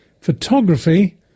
photography